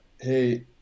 hey